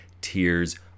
tears